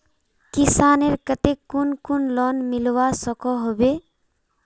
किसानेर केते कुन कुन लोन मिलवा सकोहो होबे?